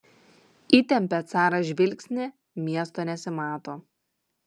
įtempia caras žvilgsnį miesto nesimato